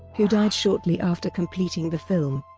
who died shortly after completing the film.